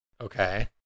Okay